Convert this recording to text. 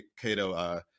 Cato